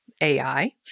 AI